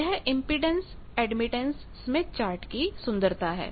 यह impedance admittance Smith chart की सुंदरता है